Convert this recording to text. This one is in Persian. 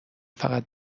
فقط